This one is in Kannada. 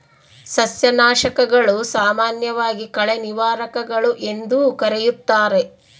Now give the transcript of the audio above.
ಸಸ್ಯನಾಶಕಗಳು, ಸಾಮಾನ್ಯವಾಗಿ ಕಳೆ ನಿವಾರಕಗಳು ಎಂದೂ ಕರೆಯುತ್ತಾರೆ